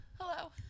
hello